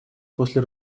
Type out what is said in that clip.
после